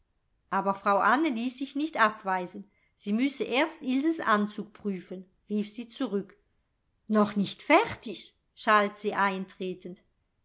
aber frau anne ließ sich nicht abweisen sie müsse erst ilses anzug prüfen rief sie zurück noch nicht fertig schalt sie eintretend